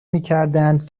میکردند